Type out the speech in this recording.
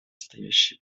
стоящие